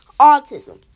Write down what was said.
Autism